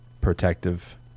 protective